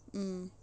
mm